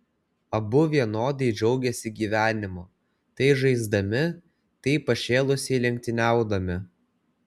abu vienodai džiaugėsi gyvenimu tai žaisdami tai pašėlusiai lenktyniaudami